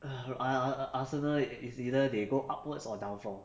ar~ ar~ arsenal is either they go upwards or downfall